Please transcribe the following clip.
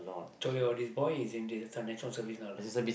so your all these boy is in the National-Service now lah